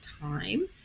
time